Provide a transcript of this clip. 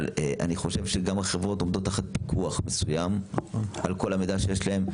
אבל אני חושב שגם החברות עומדות תחת פיקוח מסוים על כל המידע שיש להם,